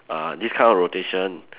err this kind of rotation